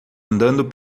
andando